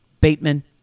Bateman